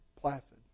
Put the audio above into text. Placid